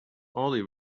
only